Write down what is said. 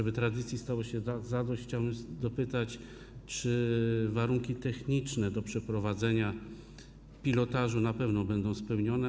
Aby tradycji stało się zadość, chciałbym dopytać: Czy warunki techniczne do przeprowadzenia pilotażu na pewno będą spełnione?